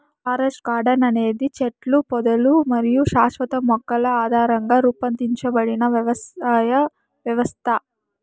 forest garden అనేది చెట్లు, పొదలు మరియు శాశ్వత మొక్కల ఆధారంగా రూపొందించబడిన వ్యవసాయ వ్యవస్థ